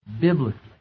Biblically